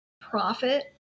profit